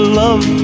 love